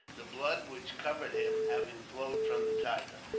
the blood which covered him having flowed from the tiger.